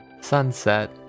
sunset